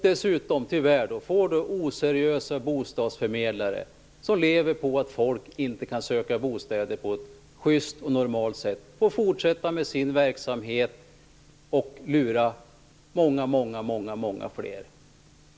Dessutom får nu tyvärr oseriösa bostadsförmedlare, som lever på att folk inte kan söka bostad på ett just och normalt sätt, fortsätta med sin verksamhet och lura många, många fler.